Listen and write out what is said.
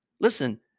Listen